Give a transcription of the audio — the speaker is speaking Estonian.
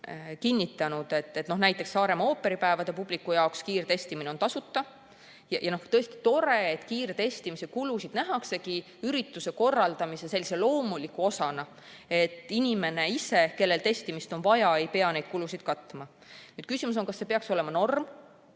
kinnitanud, et Saaremaa ooperipäevade publikule on kiirtestimine tasuta. Tõesti tore, et kiirtestimise kulusid nähaksegi ürituse korraldamise loomuliku osana, et inimene ise, keda testida on vaja, ei pea neid kulusid katma. Küsimus on, kas see peaks olema norm